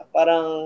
Parang